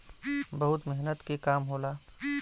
बहुत मेहनत के काम होला